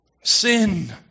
Sin